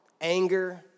anger